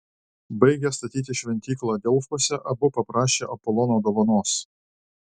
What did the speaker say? baigę statyti šventyklą delfuose abu paprašė apolono dovanos